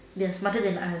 they are smarter than us